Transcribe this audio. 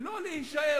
ולא להישאר,